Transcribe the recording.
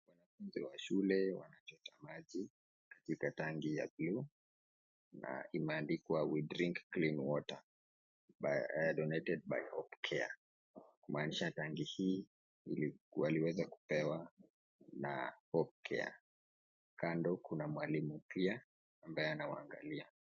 Watoto wa shule wanachota maji katika tanki ya vyuo na imeandikwa we drink clean water, donated by hopecare kumaanisha tanki hii waliweza kupewa na Hopecare. Kando kuna mwalimu pia ambaye anawaangalia.